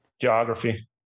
Geography